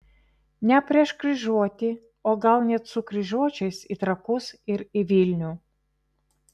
ne prieš kryžiuotį o gal net su kryžiuočiais į trakus ir į vilnių